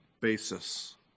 basis